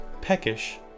peckish